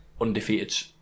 undefeated